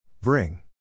Bring